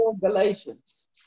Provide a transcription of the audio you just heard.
Galatians